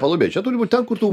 palubėj čia turi būt ten kur tu